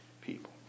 people